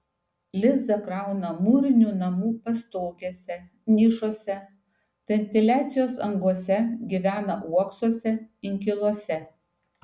lizdą krauna mūrinių namų pastogėse nišose ventiliacijos angose gyvena uoksuose inkiluose